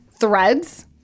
Threads